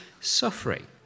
suffering